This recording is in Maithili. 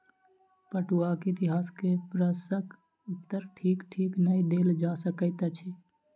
पटुआक इतिहास के प्रश्नक उत्तर ठीक ठीक नै देल जा सकैत अछि